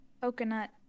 Coconut